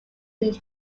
being